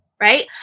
Right